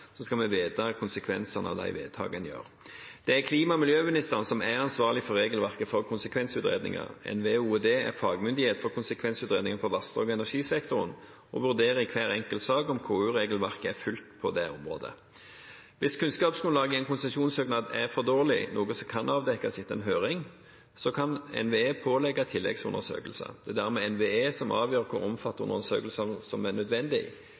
skal vi vite konsekvensene av de vedtakene en gjør. Det er klima- og miljøministeren som er ansvarlig for regelverket for konsekvensutredninger. NVE og OED er fagmyndighet for konsekvensutredninger i vassdrags- og energisektoren og vurderer i hver enkelt sak om KU-regelverket er fulgt på det området. Hvis kunnskapsgrunnlaget i en konsesjonssøknad er for dårlig, noe som kan avdekkes etter en høring, kan NVE pålegge tilleggsundersøkelser. Det er dermed NVE som avgjør hvor omfattende undersøkelser som er nødvendig,